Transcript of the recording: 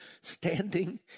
standing